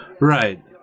Right